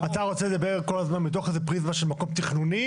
אתה רוצה לדבר כל הזמן בתוך איזה פריזמה של מקום תכנוני,